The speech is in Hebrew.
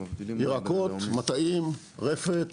ירקות, מטעים, רפת,